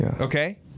Okay